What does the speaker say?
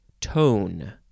tone